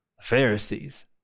Pharisees